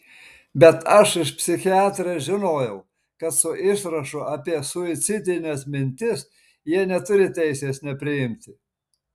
bet aš iš psichiatrės žinojau kad su išrašu apie suicidines mintis jie neturi teisės nepriimti